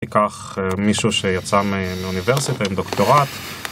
ניקח מישהו שיצא מאוניברסיטה עם דוקטורט